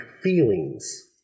feelings